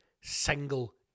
single